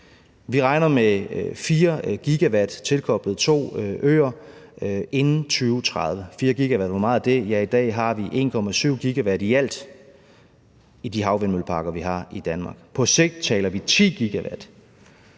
Vi regner med 4 GW tilkoblet to øer inden 2030. 4 GW, hvor meget er det? I dag har vi 1,7 GW i alt i de havvindmølleparker, vi har i Danmark. På sigt taler vi 10 GW,